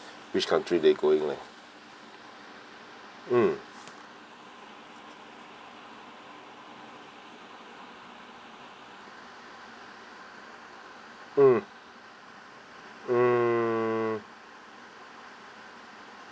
which country they going leh hmm hmm hmm